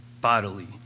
bodily